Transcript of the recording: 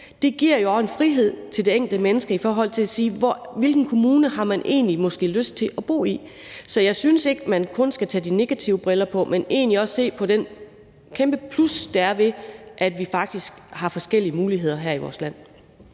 også giver en frihed til det enkelte menneske i forhold til at sige, hvilken kommune man egentlig har lyst til at bo i. Så jeg synes ikke, at man kun skal tage de negative briller på, men egentlig også se på det kæmpe plus, der er ved, at vi faktisk har forskellige muligheder her i vores land.